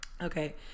okay